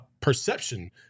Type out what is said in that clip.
perception